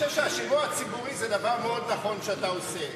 שהשימוע הציבורי הוא דבר מאוד נכון שאתה עושה.